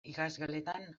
ikasgeletan